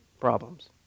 problems